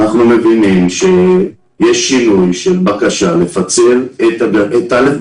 אנחנו מבינים שיש שינוי של בקשה לפצל את א'